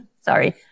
Sorry